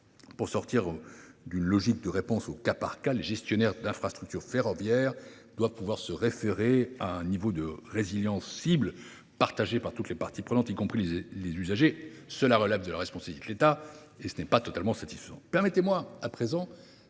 pour sortir d’une logique de réponse au cas par cas, les gestionnaires d’infrastructures ferroviaires doivent pouvoir se référer à un niveau cible de résilience, partagé par toutes les parties prenantes, y compris les usagers. Or la définition de ce niveau, qui relève de la responsabilité de l’État, n’est pas totalement satisfaisante.